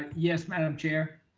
yes. ma'am chair.